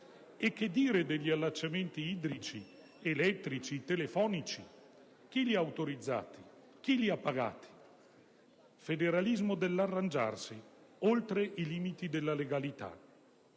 E che dire degli allacciamenti idrici, elettrici, telefonici: chi li ha autorizzati, chi li ha pagati? Federalismo dell'arrangiarsi, oltre i limiti della legalità.